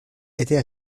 était